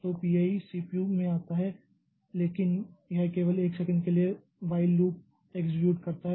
तो P i CPU में आता है लेकिन यह केवल 1 सेकंड के लिए वाइल लूप एक्सेक्यूट करता है